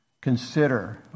Consider